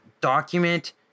document